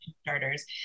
starters